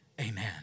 Amen